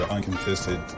Uncontested